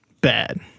bad